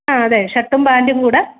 അതെ ഷർട്ടും പാൻറ്റും കൂടെ